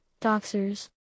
doxers